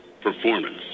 performance